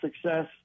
success